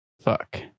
fuck